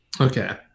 Okay